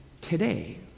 today